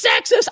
sexist